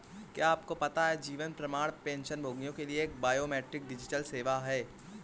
क्या आपको पता है जीवन प्रमाण पेंशनभोगियों के लिए एक बायोमेट्रिक डिजिटल सेवा है?